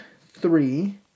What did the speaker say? three